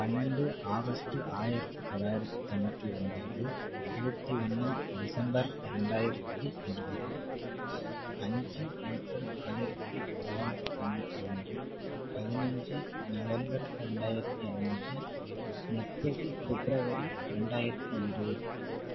பன்னரெண்டு August ஆயிரத்தி தொள்ளாயிரத்தி தொண்ணூற்றி ஒன்போது இருபத்தி ஒன்று டிசம்பர் ரெண்டாயிரத்தி இருபது அஞ்சு ஏப்ரல் ஆயிரத்தி தொள்ளாயிரத்தி தொண்ணூத் ரெண்டு பதனஞ்சு நவம்பர் ரெண்டாயிரத்தி அஞ்சு முப்பது பிப்ரவரி ரெண்டாயிரத்தி இருபது